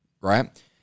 right